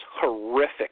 horrific